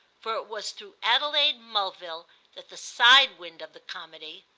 for it was through adelaide mulville that the side-wind of the comedy,